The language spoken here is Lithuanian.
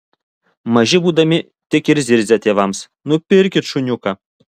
maži būdami tik ir zirzia tėvams nupirkit šuniuką